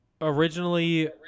originally